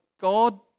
God